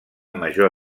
major